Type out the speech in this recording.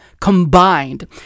combined